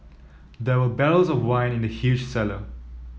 there were barrels of wine in the huge cellar